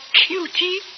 cutie